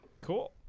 cool